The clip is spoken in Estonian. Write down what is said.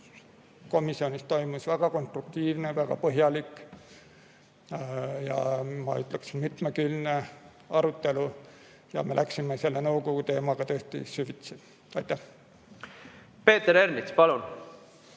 komisjonis toimus väga konstruktiivne, väga põhjalik, ja ma ütleksin, mitmekülgne arutelu. Me läksime selle nõukogu teemaga tõesti süvitsi. Peeter